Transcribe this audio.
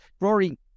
Rory